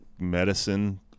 medicine